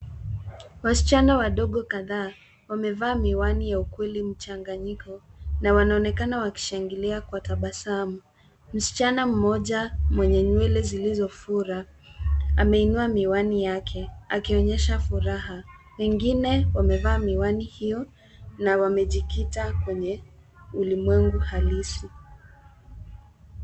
Wasichana wadogo kadhaa, wamevaa miwani ya ukweli mchanganyiko na wanaonekana wakishangilia kwa tabasamu. Masichana mmoja mwenye nywele zilizofura ameinua miwani yake akionyesha furaha. Wengine wamevaa miwani iyo na wamejikita kwenye ulimwengu halisi.